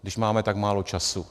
Když máme tak málo času?